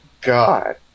God